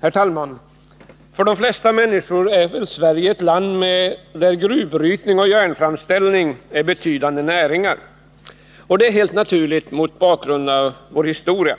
Herr talman! För de flesta människor är Sverige ett land där gruvbrytning och järnframställning är betydande näringar. Detta är helt naturligt mot bakgrund av vår historia.